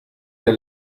der